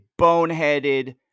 boneheaded